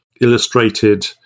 illustrated